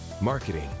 marketing